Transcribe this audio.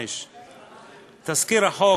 5. תזכיר החוק